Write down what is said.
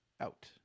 out